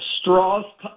straws